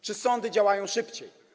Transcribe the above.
Czy sądy działają szybciej?